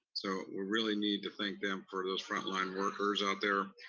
so we really need to thank them for those frontline workers out there,